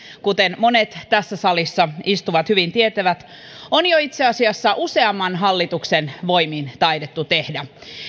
kuten monet tässä salissa istuvat hyvin tietävät on jo itse asiassa useamman hallituksen voimin taidettu tehdä